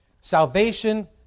salvation